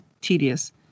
tedious